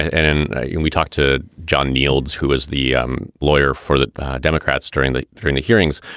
and and and we talked to john nields, who is the um lawyer for the democrats during the during the hearings.